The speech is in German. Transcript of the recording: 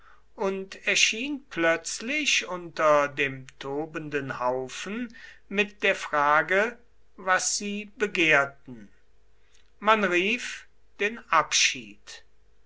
und erschien plötzlich unter dem tobenden haufen mit der frage was sie begehrten man rief den abschied